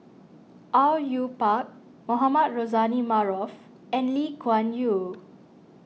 Au Yue Pak Mohamed Rozani Maarof and Lee Kuan Yew